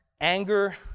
anger